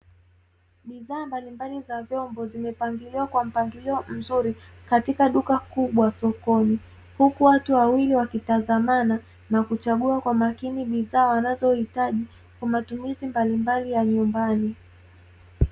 Bidhaa mbalimbali za vyombo zimepangiliwa kwa mpangilio mzuri katika duka kubwa sokoni huku watu wawili wakitazamana na kuchagua kwa makini bidhaa wanazohitaji kwa matumizi mbalimbali ya nyumbani.